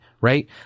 right